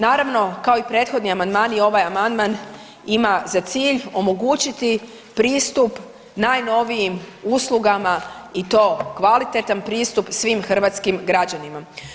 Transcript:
Naravno kao i prethodni amandmani i ovaj amandman ima za cilj omogućiti pristup najnovijim uslugama i to kvalitetan pristup svim hrvatskim građanima.